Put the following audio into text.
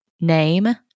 name